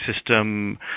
system